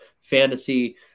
fantasy